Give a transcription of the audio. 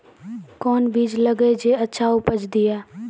कोंन बीज लगैय जे अच्छा उपज दिये?